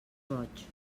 roig